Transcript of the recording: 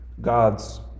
God's